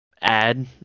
add